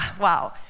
wow